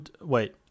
wait